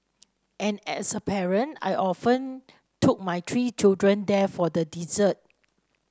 and as a parent I often took my three children there for the dessert